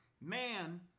Man